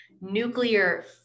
nuclear